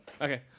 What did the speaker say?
okay